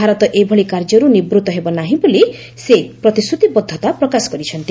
ଭାରତ ଏଭଳି କାର୍ଯ୍ୟରୁ ନିବୂତ୍ତ ହେବ ନାହିଁ ବୋଲି ସେ ପ୍ରତିଶ୍ରତିବଦ୍ଧତା ପ୍ରକାଶ କରିଛନ୍ତି